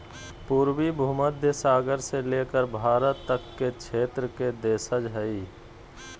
पूर्वी भूमध्य सागर से लेकर भारत तक के क्षेत्र के देशज हइ